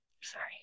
Sorry